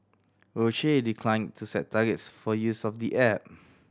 Roche declined to set targets for use of the app